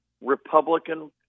Republican